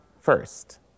first